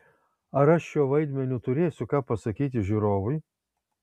ar aš šiuo vaidmeniu turėsiu ką pasakyti žiūrovui